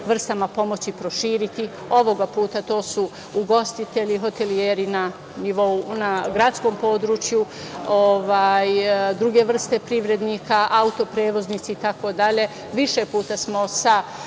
vrstama pomoći proširiti. Ovoga puta to su ugostitelji, hotelijeri na gradskom području, druge vrste privrednika, autoprevoznici itd. Više puta smo sa